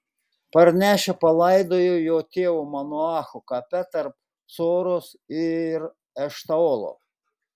parnešę palaidojo jo tėvo manoacho kape tarp coros ir eštaolo